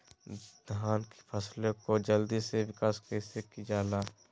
धान की फसलें को जल्दी से विकास कैसी कि जाला?